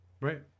Right